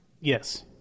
Yes